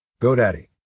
GoDaddy